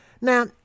Now